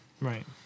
right